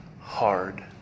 hard